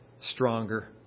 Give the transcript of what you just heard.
stronger